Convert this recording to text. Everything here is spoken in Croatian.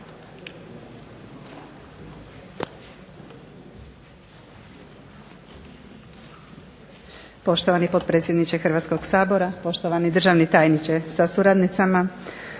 Poštovani potpredsjedniče Hrvatskog sabora, poštovani državni tajniče sa suradnicama.